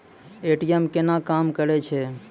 ATM केना काम करै छै?